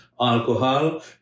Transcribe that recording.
alcohol